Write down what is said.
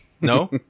No